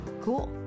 Cool